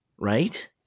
Right